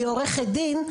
והיא עורכת דין,